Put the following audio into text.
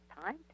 time